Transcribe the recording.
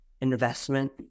investment